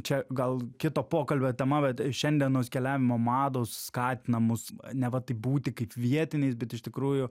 čia gal kito pokalbio tema vat šiandienos keliavimo mados skatina mus neva taip būti kaip vietiniais bet iš tikrųjų